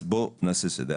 אז בואו נעשה סדר.